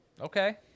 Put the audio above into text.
Okay